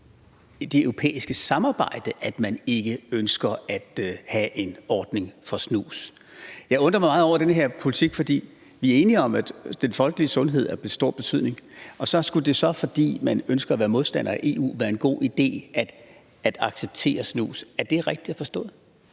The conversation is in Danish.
det europæiske samarbejde, at man ikke ønsker at have en ordning for snus. Jeg undrer mig meget over den her politik, for vi er enige om, at den folkelige sundhed er af stor betydning. Men fordi man så ønsker at være modstander af EU, skulle det være en god idé at acceptere snus. Er det rigtigt forstået?